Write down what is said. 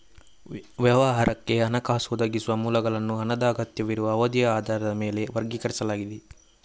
ವ್ಯವಹಾರಕ್ಕೆ ಹಣಕಾಸು ಒದಗಿಸುವ ಮೂಲಗಳನ್ನು ಹಣದ ಅಗತ್ಯವಿರುವ ಅವಧಿಯ ಆಧಾರದ ಮೇಲೆ ವರ್ಗೀಕರಿಸಲಾಗಿದೆ